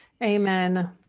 amen